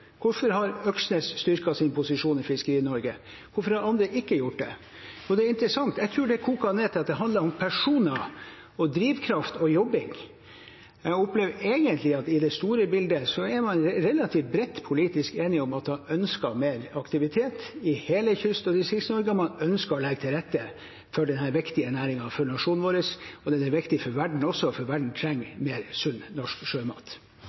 Hvorfor har Øksnes styrket sin posisjon i Fiskeri-Norge? Hvorfor har andre ikke gjort det? Det er interessant. Jeg tror det koker ned til at det handler om personer, om drivkraft og om jobbing. Jeg opplever egentlig at i det store bildet er man relativt bredt politisk enig om at man ønsker mer aktivitet i hele Kyst-Norge og Distrikts-Norge. Man ønsker å legge til rette for denne viktige næringen for nasjonen vår. Den er viktig for verden også, for verden trenger mer sunn norsk sjømat.